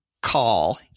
call